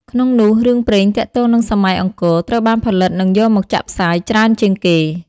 ក្នុងនោះ រឿងព្រេងទាក់ទងនឹងសម័យអង្គរ ត្រូវបានផលិតនិងយកមកចាក់ផ្សាយច្រើនជាងគេ។